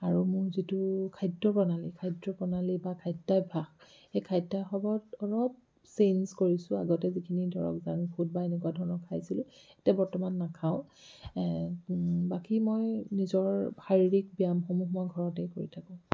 আৰু মোৰ যিটো খাদ্যপ্ৰণালী খাদ্য প্ৰণালী বা খাদ্যাভ্যাস সেই খাদ্যাভ্যাসত চেইঞ্চ কৰিছোঁ আগতে যিখিনি ধৰক বা এনেকুৱা ধৰণৰ খাইছিলোঁ এতিয়া বৰ্তমান নাখাওঁ বাকী মই নিজৰ শাৰীৰিক ব্যায়ামসমূহ মই ঘৰতেই কৰি থাকোঁ